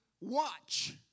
watch